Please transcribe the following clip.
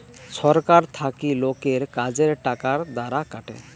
ছরকার থাকি লোকের কাজের টাকার দ্বারা কাটে